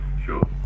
Sure